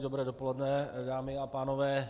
Dobré dopoledne, dámy a pánové.